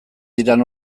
diren